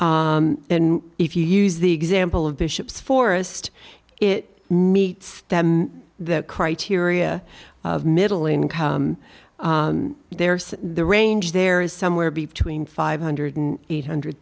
and if you use the example of bishops forest it meets the criteria of middle income there's the range there is somewhere between five hundred and eight hundred